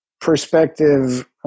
perspective